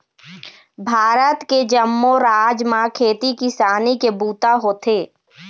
भारत के जम्मो राज म खेती किसानी के बूता होथे